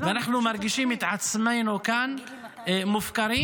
ואנחנו מרגישים את עצמנו כאן מופקרים